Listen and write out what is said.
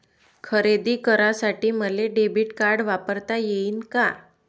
खरेदी करासाठी मले डेबिट कार्ड वापरता येईन का?